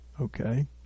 okay